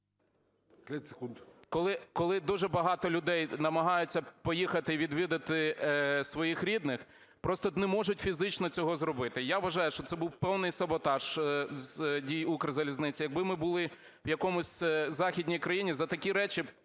коли дуже багато людей намагаються поїхати і відвідати своїх рідних, просто не можуть фізично цього зробити. Я вважаю, що це був певний саботаж дій "Укрзалізниці". Якби ми були в якійсь західній країні, за такі речі